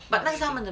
but 那个是他们的